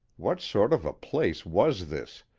what sort of a place was this,